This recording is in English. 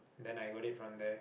then I got it from there